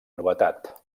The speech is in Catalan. novetat